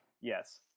Yes